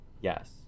Yes